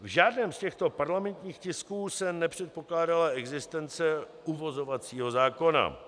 V žádném z těchto parlamentních tisků se nepředpokládala existence uvozovacího zákona.